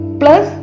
plus